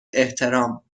احترام